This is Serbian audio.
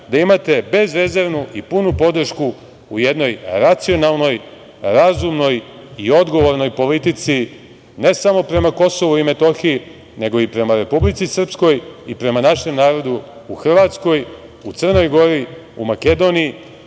da imate bezrezervnu i punu podršku u jednoj racionalnoj, razumnoj i odgovornoj politici, ne samo prema Kosovu i Metohiji, nego i prema Republici Srpskoj i prema našem narodu u Hrvatskoj, u Crnoj Gori, u Makedoniji,